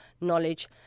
knowledge